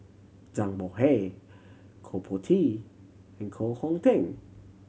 Zhang Bohe Koh Po Tee and Koh Hong Teng